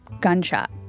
gunshot